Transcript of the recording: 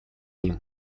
ним